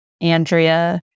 Andrea